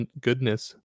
Goodness